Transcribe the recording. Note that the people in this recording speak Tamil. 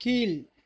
கீழ்